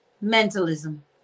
mentalism